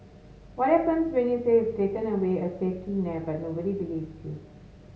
what happens when you say you've taken away a safety net but nobody believes you